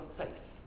faith